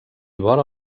vora